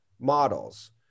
models